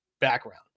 background